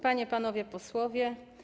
Panie i Panowie Posłowie!